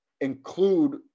include